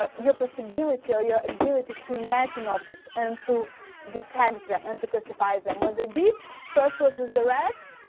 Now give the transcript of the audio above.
ah your possibility or your ability to imagine objects and to detect them and to classify them. what they did first was was the rats,